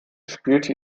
spielte